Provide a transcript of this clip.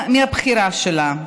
מבחירה שלה.